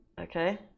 Okay